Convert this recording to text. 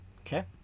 okay